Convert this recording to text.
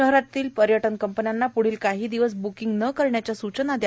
शहरातील पर्यटन कंपन्यांना प्ढील काही दिवस ब्कींग न करण्याच्या सूचना द्या